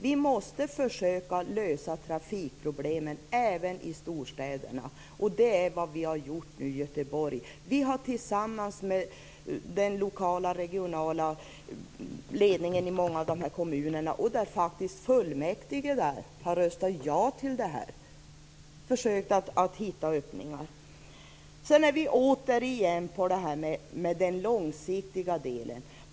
Vi måste försöka lösa trafikproblemen även i storstäderna, och det är vad vi har gjort i Göteborg. Vi har tillsammans med den lokala och regionala ledningen i många av de berörda kommunerna försökt att hitta öppningar, och fullmäktige har faktiskt röstat ja. Per Westerberg kommer åter in på de långsiktiga frågorna.